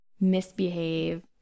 misbehave